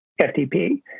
FTP